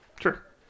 Sure